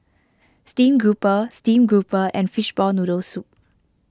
Steamed Grouper Steamed Grouper and Fishball Noodle Soup